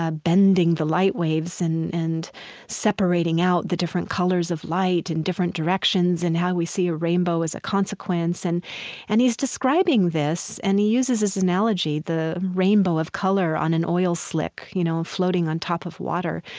ah bending the light waves and and separating out the different colors of light in different directions and how we see a rainbow as a consequence. and and he's describing this and he uses this analogy, the rainbow of color on an oil slick, you know, floating on top of water,